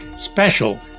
special